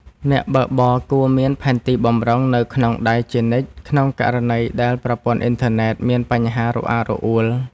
អ្នកបើកបរគួរមានផែនទីបម្រុងនៅក្នុងដៃជានិច្ចក្នុងករណីដែលប្រព័ន្ធអ៊ីនធឺណិតមានបញ្ហារអាក់រអួល។